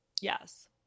Yes